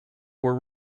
were